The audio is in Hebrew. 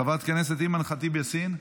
חברת הכנסת אימאן ח'טיב יאסין,